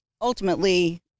ultimately